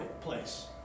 place